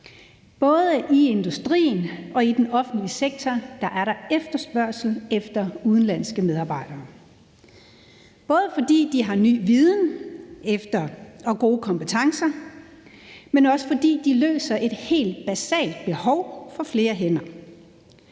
Både i industrien og i den offentlige sektor er der efterspørgsel efter udenlandske medarbejdere, både fordi de har ny viden og gode kompetencer, men også fordi de løser et helt basalt behov for flere hænder.